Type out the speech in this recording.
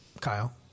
Kyle